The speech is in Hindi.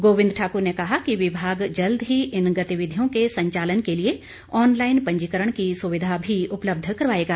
गोविंद ठाकुर ने कहा कि विभाग जल्द ही इन गतिविधियों के संचालन के लिए ऑनलाईन पंजीकरण की सुविधा भी उपलब्ध करवाएगा